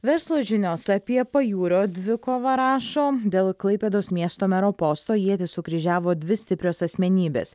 verslo žinios apie pajūrio dvikovą rašo dėl klaipėdos miesto mero posto ietis sukryžiavo dvi stiprios asmenybės